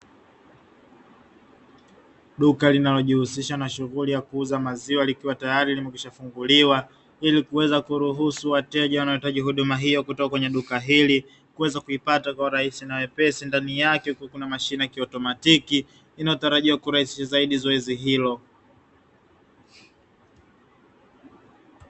Duka linalojihusisha na shughuli ya kuuza maziwa, likiwa tayari nimekwisha funguliwa ili kuweza kuruhusu wateja wanaohitaji huduma hiyo kutoka kwenye duka hili kuweza kuipata kwa urahisi na wepesi. Ndani yake kuna mashine ya kiautomatiki inayotarajiwa kurahisisha zaidi zoezi hilo.